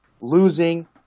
losing